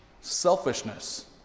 selfishness